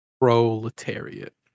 proletariat